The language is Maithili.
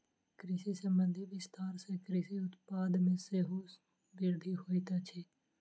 कृषि संबंधी विस्तार सॅ कृषि उत्पाद मे सेहो वृद्धि होइत अछि